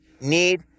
need